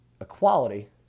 equality